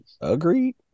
Agreed